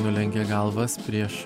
nulenkė galvas prieš